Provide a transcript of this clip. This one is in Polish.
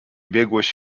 biegłość